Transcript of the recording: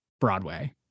Broadway